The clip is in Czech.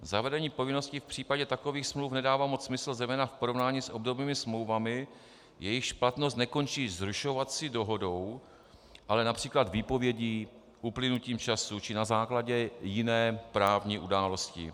Zavedení povinnosti v případě takových smluv nedává moc smysl, zejména v porovnání s obdobnými smlouvami, jejichž platnost nekončí zrušovací dohodou, ale například výpovědí, uplynutím času či na základě jiné právní události.